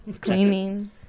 Cleaning